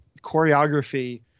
choreography